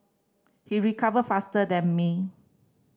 he recovered faster than me